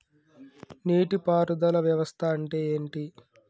నీటి పారుదల వ్యవస్థ అంటే ఏంటి?